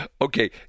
Okay